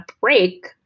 break